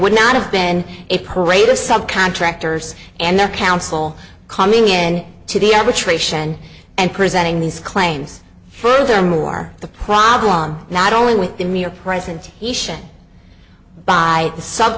would not have been a parade a sub contractors and the council coming in to the average duration and presenting these claims furthermore the problem not only with the mere presence by the sub